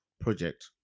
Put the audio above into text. project